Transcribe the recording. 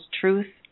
truth